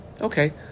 Okay